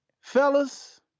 fellas